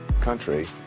country